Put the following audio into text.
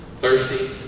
Thirsty